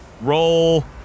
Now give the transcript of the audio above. Roll